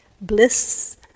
bliss